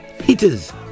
heaters